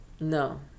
No